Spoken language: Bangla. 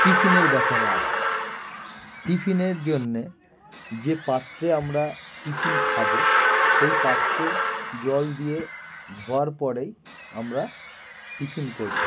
টিফিনের ব্যাপারে আসি টিফিনের জন্যে যে পাত্রে আমরা টিফিন খাবো সেই পাত্র জল দিয়ে ধোয়ার পরেই আমরা টিফিন করি